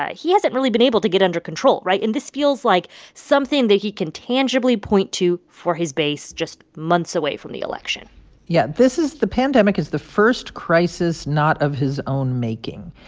ah he hasn't really been able to get under control. right? and this feels like something that he can tangibly point to for his base just months away from the election yeah. this is the pandemic is the first crisis not of his own making.